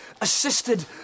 assisted